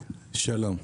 שלום.